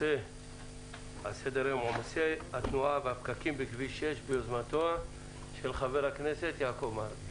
על סדר היום התנועה והפקקים בכביש 6 ביוזמתו של ח"כ יעקב מרגי